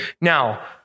Now